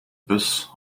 bus